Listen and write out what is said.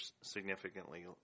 significantly